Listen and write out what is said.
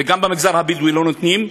וגם במגזר הבדואי לא נותנים,